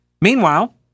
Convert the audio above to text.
Meanwhile